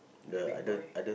the big boy